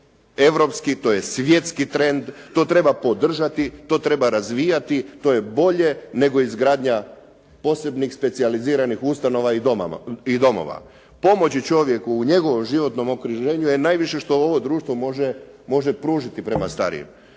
europski, to je svjetski trend. To treba podržati, to treba razvijati to je bolje nego izgradnja posebnih specijaliziranih ustanova i domova. Pomoći čovjeku u njegovom životnom okruženju je najviše što ovo društvo može pružiti prema starijim,